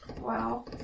Wow